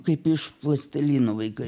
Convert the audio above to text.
kaip iš plastelino vaikai